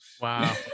wow